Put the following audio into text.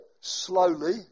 slowly